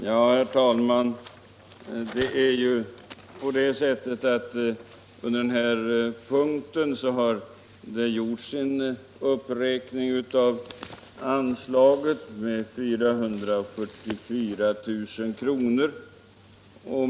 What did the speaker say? Herr talman! Under den här punkten har anslaget uppräknats med 444 000 kr.